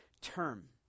term